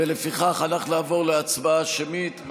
ולפיכך אנחנו נעבור להצבעה שמית.